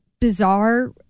bizarre